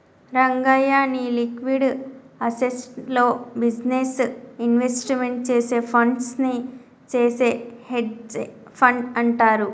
రంగయ్య, నీ liquid assets లో business investment చేసే ఫండ్స్ నే చేసే హెడ్జె ఫండ్ అంటారు